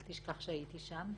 אל תשכח שהייתי שם,